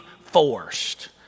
forced